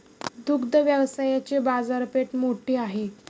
दुग्ध व्यवसायाची बाजारपेठ मोठी आहे